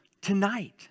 tonight